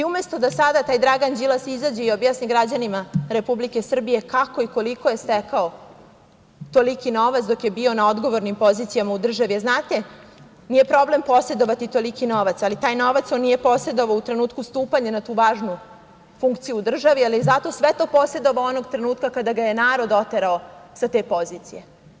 Umesto da sada taj Dragan Đilas izađe i objasni građanima Republike Srbije kako i koliko je stekao toliki novac dok je bio na odgovornim pozicijama u državi, jer znate, nije problem posedovati toliki novac, ali taj novac on nije posedovao u trenutku stupanja na tu važnu funkciju u državi, ali je zato sve to posedovao onog trenutka kada ga je narod oterao sa te pozicije.